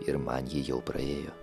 ir man ji jau praėjo